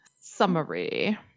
Summary